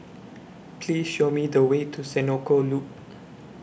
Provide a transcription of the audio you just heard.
Please Show Me The Way to Senoko Loop